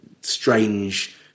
strange